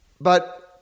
But-